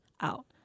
out